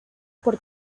por